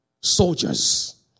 soldiers